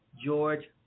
George